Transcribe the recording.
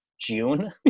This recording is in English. June